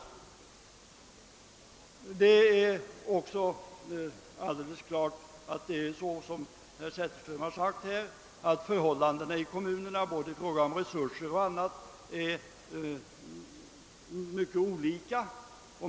Det är också riktigt som herr Zetterström sade, att förhållandena i kommunerna i fråga om både resurser och annat är mycket olika.